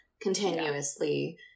continuously